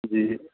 جی